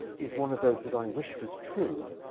is one of those that i wish was true,